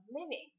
living